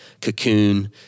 cocoon